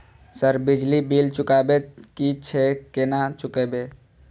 Sir बिजली bill चुकाबे की छे केना चुकेबे?